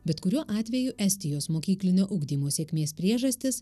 bet kuriuo atveju estijos mokyklinio ugdymo sėkmės priežastis